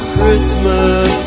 Christmas